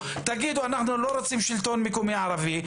תגידו אנחנו לא רוצים שלטון מקומי ערבי,